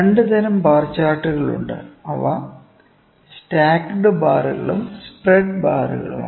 2 തരം ബാർ ചാർട്ടുകളുണ്ട് അവ സ്റ്റാക്കഡ് ബാറുകളും സ്പ്രെഡ് ബാറുകളുമാണ്